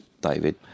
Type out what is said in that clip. David